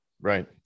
Right